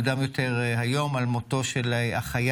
שלישי